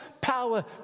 power